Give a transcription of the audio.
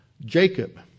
Jacob